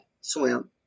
swim